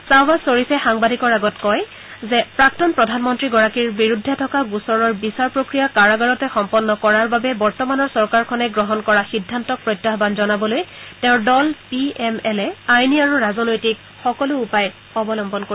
খাহৱাজ খৰীফে সাংবাদিকৰ আগত কয় যে প্ৰাক্তন প্ৰধানমন্ত্ৰীগৰাকীৰ বিৰুদ্ধে থকা গোচৰৰ বিচাৰ প্ৰক্ৰিয়া কাৰাগাৰতে সম্পন্ন কৰাৰ বাবে বৰ্তমানৰ চৰকাৰখনে গ্ৰহণ কৰাৰ সিদ্ধান্তক প্ৰত্যাহ্মন জনাবলৈ তেওঁৰ দল পি এম এলে আইনী আৰু ৰাজনৈতিক সকলো উপায় অৱলম্বন কৰিব